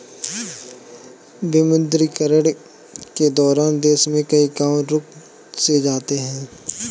विमुद्रीकरण के दौरान देश में कई काम रुक से जाते हैं